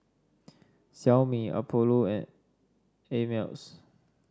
Xiaomi Apollo and Ameltz